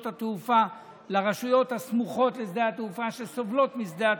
התעופה לרשויות הסמוכות לשדה התעופה שסובלות משדה התעופה.